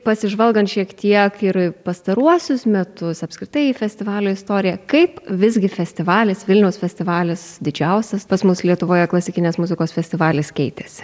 pasižvalgant šiek tiek ir pastaruosius metus apskritai į festivalio istoriją kaip visgi festivalis vilniaus festivalis didžiausias pas mus lietuvoje klasikinės muzikos festivalis keitėsi